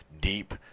deep